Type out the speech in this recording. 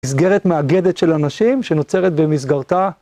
מסגרת מאגדת של אנשים שנוצרת במסגרתה